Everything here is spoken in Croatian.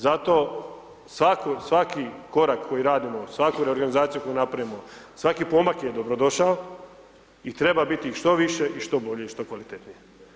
Zato svaki korak koji radimo, svaku reorganizaciju koju napravimo, svaki pomak je dobrodošao i treba biti što više i što bolje i što kvalitetnije.